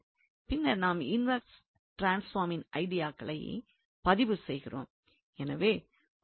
பின்னர் நாம் இன்வெர்ஸ் ட்ரான்ஸ்பார்மின் ஐடியாக்களை பதிவு செய்கிறோம்